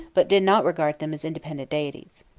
but did not regard them as independent deities.